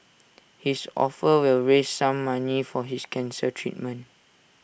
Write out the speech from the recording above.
his offer will raise some money for his cancer treatment